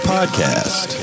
Podcast